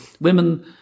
women